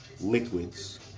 liquids